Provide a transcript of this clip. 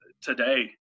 today